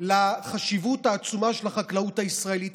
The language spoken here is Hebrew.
לחשיבות העצומה של החקלאות הישראלית.